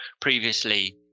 previously